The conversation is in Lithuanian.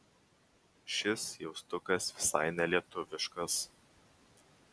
šis jaustukas visai nelietuviškas